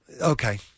okay